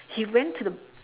he went to the